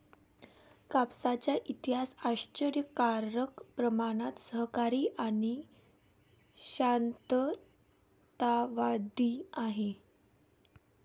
कापसाचा इतिहास आश्चर्यकारक प्रमाणात सहकारी आणि शांततावादी आहे